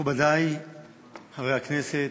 מכובדי חברי הכנסת,